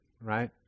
right